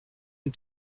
and